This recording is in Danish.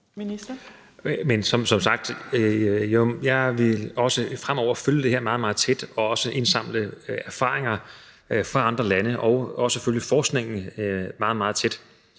Heunicke): Men som sagt vil jeg også fremover følge det her meget, meget tæt og også indsamle erfaringer fra andre lande og selvfølgelig også følge forskningen meget, meget tæt.